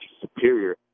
superior